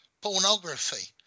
pornography